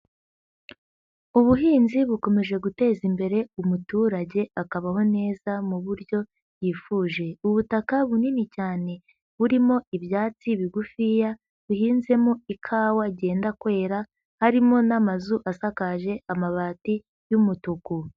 Ubuhinzi bukomeje guteza imbere umuturage akabaho neza mu buryo yifuje. Ubutaka bunini cyane burimo ibyatsi bigufiya bihinzemo ikawa ryenda kwera, harimo n'amazu asakaje amabati y'umutuku.